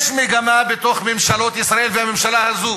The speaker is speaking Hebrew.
יש מגמה בתוך ממשלות ישראל והממשלה הזאת